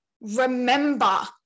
remember